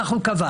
כך הוא קבע.